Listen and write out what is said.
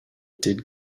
did